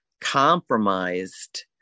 compromised